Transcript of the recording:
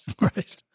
Right